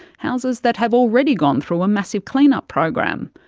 houses that have already gone through a massive clean-up program.